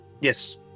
Yes